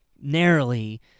narrowly